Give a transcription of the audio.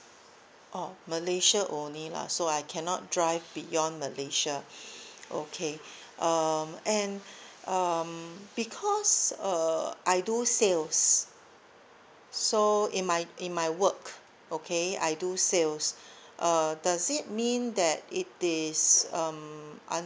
oh malaysia only lah so I cannot drive beyond malaysia okay um and um because uh I do sales so in my in my work okay I do sales uh does it mean that if this um